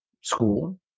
School